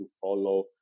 follow